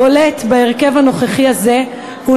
הבולט בהיעדרו בהרכב הנוכחי הזה הוא